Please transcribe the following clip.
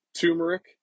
turmeric